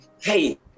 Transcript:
hey